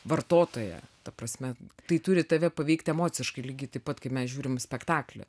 vartotoją ta prasme tai turi tave paveikti emociškai lygiai taip pat kai mes žiūrim spektaklį